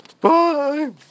Bye